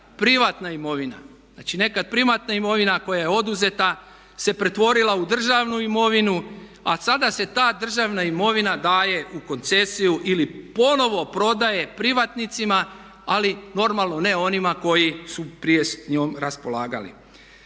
privatna imovina, znači nekada privatna imovina koja je oduzeta se pretvorila u državnu imovinu a sada se ta državna imovina daje u koncesiju ili ponovno prodaje privatnicima ali formalno ne onima koji su prije s njom raspolagali.